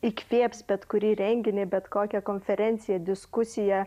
įkvėps bet kurį renginį bet kokią konferenciją diskusiją